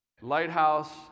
lighthouse